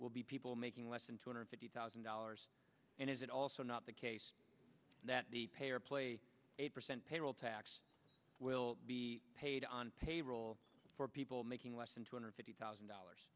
will be people making less than two hundred fifty thousand dollars and is it also not the case that the pay or play eight percent payroll tax will be paid on payroll for people making less than two hundred fifty thousand dollars